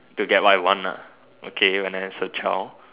to get what I want lah okay when I as a child